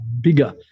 bigger